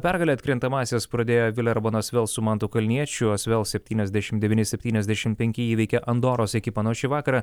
pergale atkrintamąsias pradėjo vilerbano asvel su mantu kalniečiu asvel septyniasdešimt edvyni septyniasdešimt penki įveikė andoros ekipą na o šį vakarą